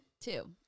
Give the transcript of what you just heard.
two